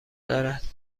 دارد